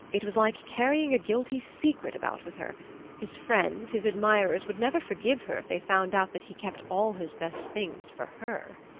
it was like carrying a guilty secret about with her his friends, his admirers, would never forgive her if they found out that he kept all his best things for her!